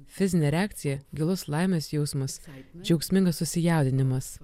fizinė reakcija gilus laimės jausmas džiaugsmingas susijaudinimas